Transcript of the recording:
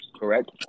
Correct